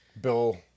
Bill